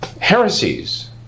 Heresies